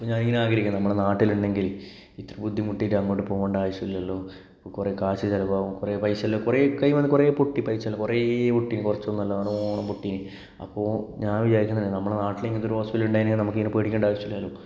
അപ്പോൾ ഞാൻ ഇങ്ങനെ ആഗ്രഹിക്കുക നമ്മളുടെ നാട്ടിലുണ്ടെങ്കിൽ ഇത്ര ബുദ്ധിമുട്ടിയിട്ട് അങ്ങോട്ട് പോകേണ്ട ആവശ്യമില്ലല്ലോ കുറെ കാശ് ചിലവാകും കുറെ പൈസ എല്ലം കുറെ കൈയിൽ നിന്ന് കുറേ പൊട്ടി പൈസ എല്ലം കുറെ പൊട്ടിയിരുന്നു കുറച്ചൊന്നുമല്ല നല്ലോണം പൊട്ടിയിരുന്നു അപ്പോൾ ഞാൻ വിചാരിച്ചിരുന്നു നമ്മളുടെ നാട്ടില് ഇങ്ങനത്തെ ഒരു ഹോസ്പിറ്റല് ഉണ്ടായിരുന്നേൽ നമുക്ക് ഇങ്ങനെ പേടിക്കേണ്ട ആവശ്യമില്ലല്ലൊ